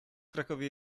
krakowie